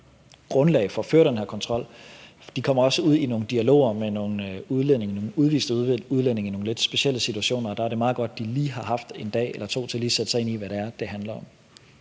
grundlag for at føre den her kontrol. De kommer også ud i nogle dialoger med nogle udlændinge, nogle udviste udlændinge, i nogle lidt specielle situationer, og der er det meget godt, at de lige har haft en dag eller to til at sætte sig ind i, hvad det er, det handler om.